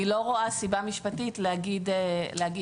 אני לא רואה סיבה משפטית להגיד שלא.